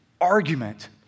argument